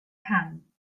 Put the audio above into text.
pam